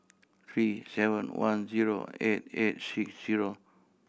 three seven one zero eight eight six zero